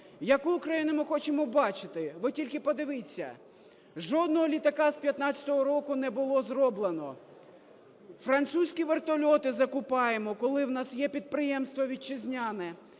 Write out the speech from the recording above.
Яку України ми хочемо бачити? Ви тільки подивіться: жодного літака з 15-го року не було зроблено, французькі вертольоти закуповуємо, коли у нас є підприємство вітчизняне;